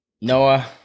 Noah